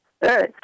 Hey